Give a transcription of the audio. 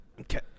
Okay